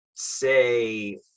say